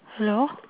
hello